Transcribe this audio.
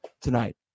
tonight